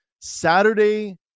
Saturday